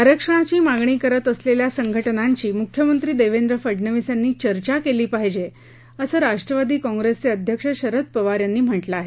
आरक्षणाची मागणी करत असलेल्या संघटनांशी मुख्यमंत्री देवेंद्र फडनवीस यांनी चर्चा केली पाहिजे असं राष्ट्रवादी काँप्रेसचे अध्यक्ष शरद पवार यांनी म्हटलं आहे